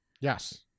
Yes